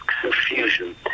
confusion